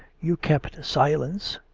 you kept silence!